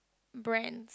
brand